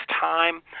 time